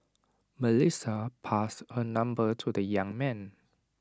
Melissa passed her number to the young man